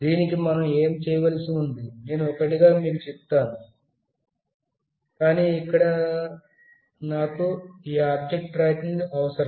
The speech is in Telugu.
దీనికి మనం ఏమి చేయవలసి ఉంది నేను ఒక్కొక్కటిగా మీకు చెప్తాను కాని ఇక్కడే నాకు ఈ ఆబ్జెక్ట్ ట్రాకర్ అవసరం